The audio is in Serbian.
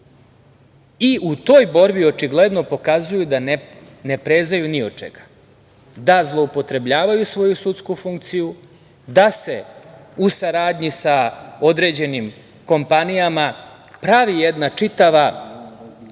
i u toj borbi očigledno pokazuju da ne prezaju ni od čega, da zloupotrebljavaju svoju sudsku funkciju, da se u saradnji sa određenim kompanijama pravi jedna čitava zmija,